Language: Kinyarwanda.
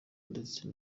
ndetse